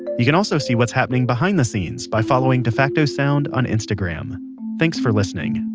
you can also see what's happening behind the scenes by following defacto sound on instagram thanks for listening